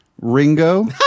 Ringo